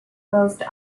most